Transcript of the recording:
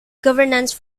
governance